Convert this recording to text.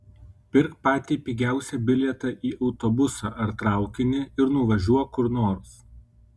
pirk patį pigiausią bilietą į autobusą ar traukinį ir nuvažiuok kur nors